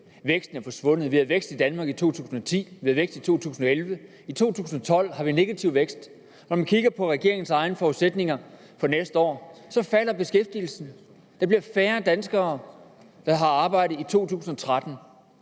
væksten er forsvundet. Vi havde vækst i Danmark i 2010, vi havde vækst i 2011, men i 2012 har vi negativ vækst. Kigger vi på regeringens egne forudsætninger for næste år, ser vi, at beskæftigelsen falder. Der bliver færre danskere, der har arbejde i 2013.